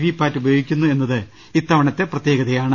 V PAT ഉപയോഗിക്കുന്നു എന്നത് ഇത്തവണത്തെ പ്രത്യേകതയാണ്